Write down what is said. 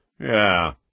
Yeah